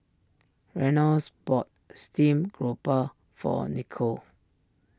Reynolds bought Steamed Grouper for Nicole